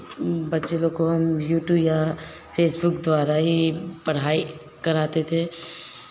बच्चे लोग को हम यूटूब या फेसबुक द्वारा ही पढ़ाई कराते थे